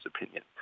opinion